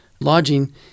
lodging